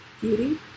beauty